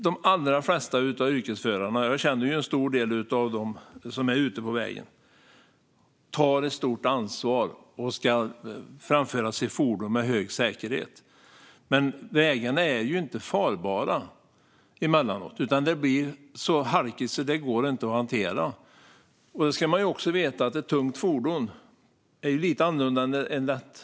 De allra flesta yrkesförarna, och jag känner många av dem som är ute på vägarna, tar ett stort ansvar och framför sina fordon med stor säkerhet. Men emellanåt är vägarna så halkiga att det inte går att hantera. Ett tungt fordon fungerar annorlunda än ett lätt.